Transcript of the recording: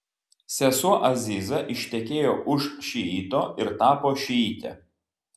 sesuo aziza ištekėjo už šiito ir tapo šiite